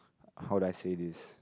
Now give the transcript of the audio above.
how do I say this